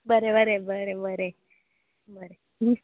बरें बरें बरें बरें